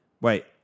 wait